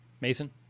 Mason